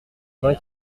vingt